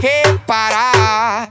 Reparar